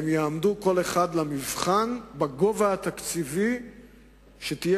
והם יעמדו כל אחד למבחן בגובה התקציבי שיהיה